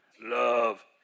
Love